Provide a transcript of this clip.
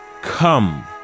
Come